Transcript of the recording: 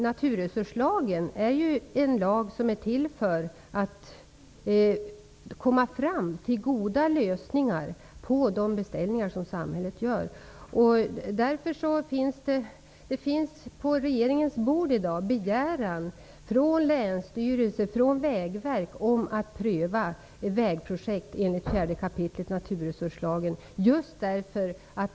Naturresurlagen är ju till för att vi skall kunna komma fram till goda lösningar på de beställningar som samhället gör. Det ligger på regeringens bord i dag ansökningar från länsstyrelser och från Vägverket om prövning av vägprojekt enligt 4 kap. naturresurslagen.